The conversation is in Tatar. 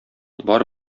бар